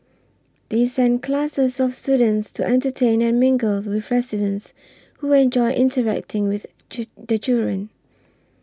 they send classes of students to entertain and mingle with residents who enjoy interacting with the children